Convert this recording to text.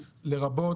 במספר חוקים שהוא מעביר,